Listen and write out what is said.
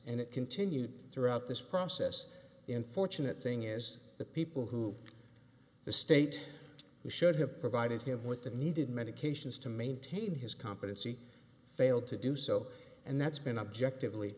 and it continued throughout this process infortunate thing is the people who the state who should have provided him with the needed medications to maintain his competency failed to do so and that's been objectively